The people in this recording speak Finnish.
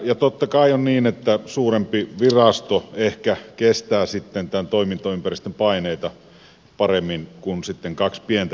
ja totta kai on niin että suurempi virasto ehkä kestää sitten tämän toimintaympäristön paineita paremmin kuin kaksi pientä erillistä